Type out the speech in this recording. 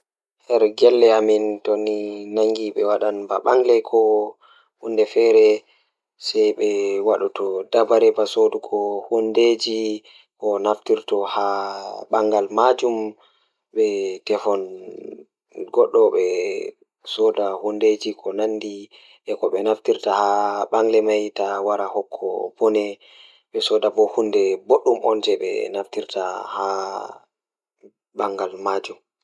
So tawii miɗo faggude njamaaji e dow njamaaji ngal, ɗum njamaaji waawde faggude sabu sabu njiddaade. Ko ɗum njamaaji waawde njiddaade kaɗi nguurndam hoore, njamaaji rewɓe sabu sabu kaɗi ko fiyaangu. Njamaaji waɗa njiddaade fiyaangu ngam njamaaji rewɓe. Ɓeɗɗo ngal rewɓe ɓe fayde, rewɓe njiddaade fiyaangu miɗo waɗata ngal ngal fiyaangu.